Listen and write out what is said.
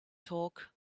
torque